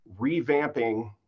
revamping